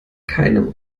keinen